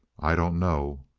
i don't know.